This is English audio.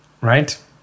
right